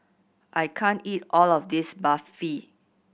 I can't eat all of this Barfi